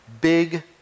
big